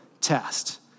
test